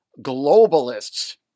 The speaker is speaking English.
globalists